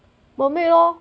mermaid oh